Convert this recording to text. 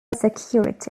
security